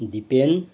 Dipen